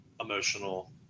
emotional